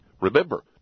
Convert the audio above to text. Remember